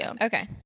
Okay